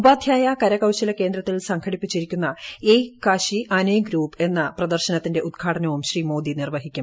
ഉപാധ്യായ കരകൌശല കേന്ദ്രത്തിൽ സംഘട്ടിപ്പിച്ചിരിക്കുന്ന ഏക്ക് കാശി അനേക് രൂപ് എന്ന പ്രദർശനത്തിന്റെ ഉദ്ഘാടനവും ശ്രീ മോദി നർവ്വഹിക്കും